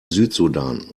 südsudan